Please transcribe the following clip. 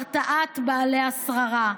הרתעת בעלי השררה.